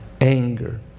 Anger